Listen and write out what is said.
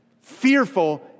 fearful